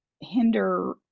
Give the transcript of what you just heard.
hinder